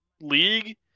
league